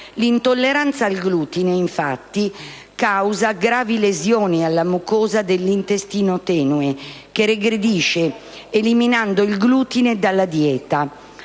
L'intolleranza al glutine, infatti, causa gravi lesioni alla mucosa dell'intestino tenue, che regrediscono eliminando il glutine dalla dieta.